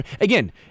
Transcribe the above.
Again